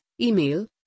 email